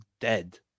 dead